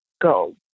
go